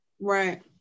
right